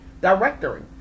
directory